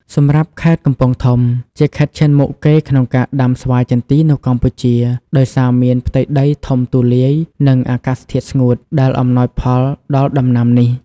សម្រាប់ខេត្តកំពង់ធំ ជាខេត្តឈានមុខគេក្នុងការដាំស្វាយចន្ទីនៅកម្ពុជា ដោយសារមាន ផ្ទៃដីធំទូលាយ និង អាកាសធាតុស្ងួត ដែលអំណោយផលដល់ដំណាំនេះ។